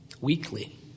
weekly